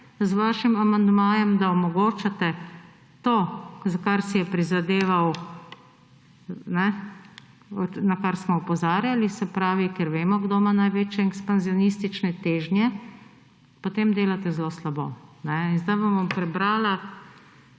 s svojim amandmajem delate to, da omogočate to, za kar si je prizadeval, na kar smo opozarjali, ker vemo, kdo ima največje ekspanzionistične težnje, potem delate zelo slabo. Zdaj vam bom prebrala